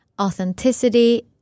authenticity